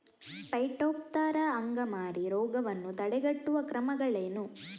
Phytophthora ಅಂಗಮಾರಿ ರೋಗವನ್ನು ತಡೆಗಟ್ಟುವ ಕ್ರಮಗಳೇನು?